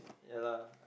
ya lah